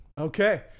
Okay